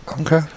okay